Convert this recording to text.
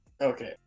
Okay